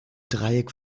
dreieck